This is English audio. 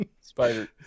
spider